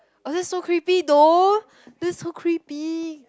oh that's so creepy though that's so creepy